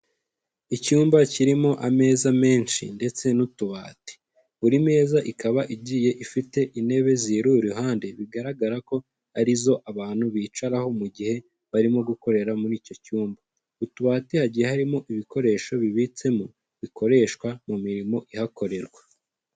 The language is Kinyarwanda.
Icyumba kirimo ameza menshi ndetse n'utubati, buri meza ikaba igiye ifite intebe ziyiri iruhande bigaragara ko ari zo abantu bicaraho mu gihe barimo gukorera muri icyo cyumba, mu tubati hagiye harimo ibikoresho bibitsemo bikoreshwa mu mirimo ihakorerwa.